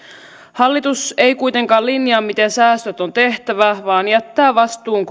hallitus ei kuitenkaan linjaa miten säästöt on tehtävä vaan jättää vastuun